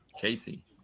Casey